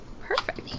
Perfect